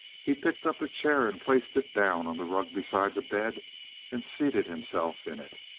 he picked up a chair and placed it down on the rug beside the bed and seated himself in it.